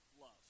love